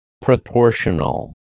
Proportional